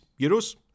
Euros